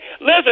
Listen